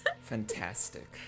Fantastic